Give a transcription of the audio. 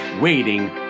waiting